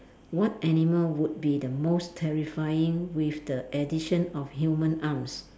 what animal would be the most terrifying with the addition of human arms